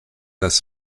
das